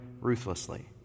ruthlessly